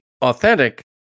authentic